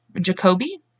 Jacoby